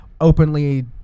openly